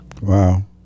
Wow